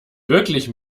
wirklich